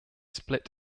split